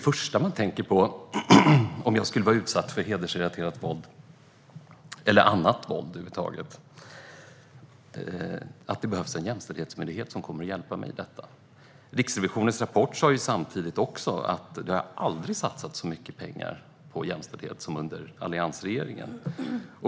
Om jag skulle vara utsatt för hedersrelaterat våld eller annat våld över huvud taget skulle inte det första jag skulle tänka på vara att det behövs en jämställdhetsmyndighet som kommer att hjälpa mig i detta. Riksrevisionens rapport sa samtidigt att det aldrig har satsats så mycket pengar på jämställdhet som under alliansregeringen.